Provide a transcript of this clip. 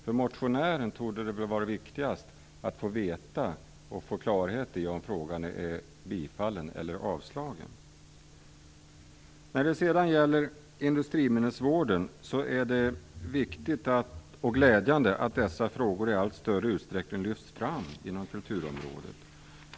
För motionären torde det vara viktigast att få veta och få klarhet i om frågan är bifallen eller avslagen. Det är viktigt och glädjande att industriminnesvården i allt större utsträckning lyfts fram inom kulturområdet.